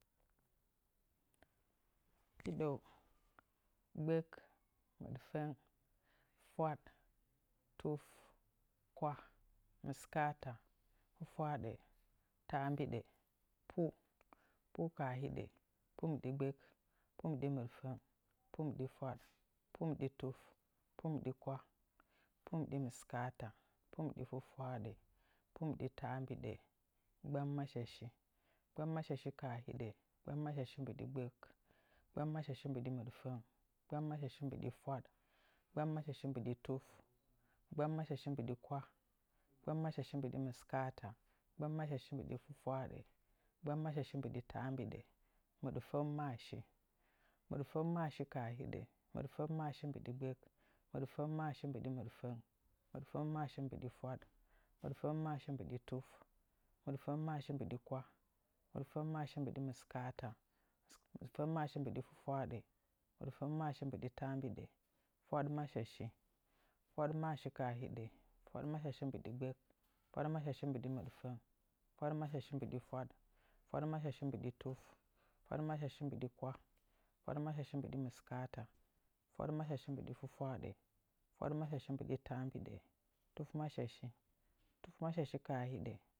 Hiɗou gbək mɨɗfəng fwaɗ tuf kwah mɨskaata fwafwaaɗə taambiɗə pu pu kaahiɗə pu mbɨɗi gbək pu mbɨɗi mɨɗfəng pu mbɨɗi fwaɗ pu mbɨɗi tuf pu mbɨɗi kwah pu mbɨɗi mɨskaata pu mbɨɗi fwawaaɗə pu mbɨɗi taambiɗa gbammaashi gbammashashi kaahiɗə gbammashashi mbɨɗi gbək gbammashashi mbɨɗi mɨɗfəng gbammashashi mbɨɗi fwaɗ gbammashashi mbɨɗi tuf gbammashashi mbɨɗi kwah gbammashashi mbɨɗi mɨskaata gbammashashi mbɨɗi fwafwaaɗa gbammashashi mbɨɗi taambiɗə mɨɗfəngmashashi mɨɗfəngmashashi kaa hiɗə mɨɗfəngmashashi mbɨɗi gbək mɨɗfəngmashashi mbɨɗi mɨɗfəng mɨɗfəngmashashi mbɨɗi fwaɗ mɨɗfəngmashashi mbɨɗi tuf mɨɗfəngmashashi mbɨɗi kwah mɨɗfəngmashashi mbɨɗi mɨskaata mɨɗfəngmashashi mbɨɗi fwafwaaɗə mɨɗfəngmashashi mbɨɗi taambiɗə fwaɗmashashi fwaɗmashashi kaa hiɗa fwaɗmashashi mnɨɗi gbək fwaɗmashashi mnɨɗi mɨɗfəng fwaɗmashashi mnɨɗi fwaɗ fwaɗmashashi mnɨɗi tuf fwaɗmashashi mnɨɗi kwah fwaɗmashashi mnɨɗi mɨskaata fwaɗmashashi mnɨɗi fwafwaaɗə fwaɗmashashi mnɨɗi taambiɗə tufmashashi tufmashashi kaahide